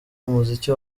umuziki